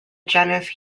genus